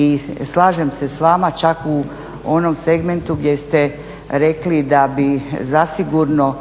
i slažem se s vama čak u onom segmentu gdje ste rekli da bi zasigurno